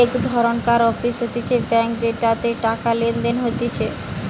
এক ধরণকার অফিস হতিছে ব্যাঙ্ক যেটাতে টাকা লেনদেন হতিছে